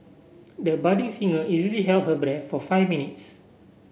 the budding singer easily held her breath for five minutes